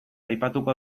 aipatuko